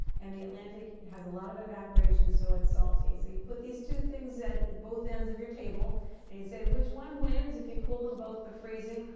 and the atlantic has a lot of evaporation so it's salty. so you put these two things at both ends of your table and you say, which one wins if you cool them both to freezing?